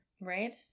Right